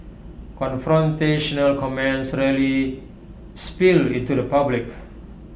confrontational comments rarely spill into the public